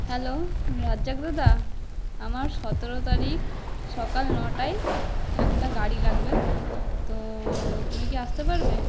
hello রাজজাগ্রদা আমার সতেরো তারিখ সকাল নটায় একটা গাড়ি লাগবে তো তুমি কি আসতে পারবে